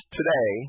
today